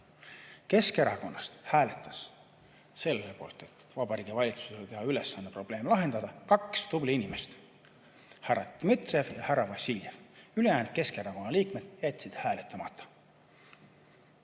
Keskerakonnast hääletas selle poolt, et teha Vabariigi Valitsusele ülesanne probleem lahendada, kaks tublit inimest: härra Dmitrijev ja härra Vassiljev. Ülejäänud Keskerakonna liikmed jätsid hääletamata.